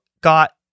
got